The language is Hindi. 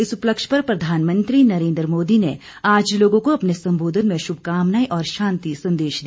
इस उपलक्ष पर प्रधानमंत्री नरेन्द्र मोदी ने आज लोगों को अपने संबोधन में शुभ कमानाएं और शांति संदेश दिया